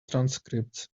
transcripts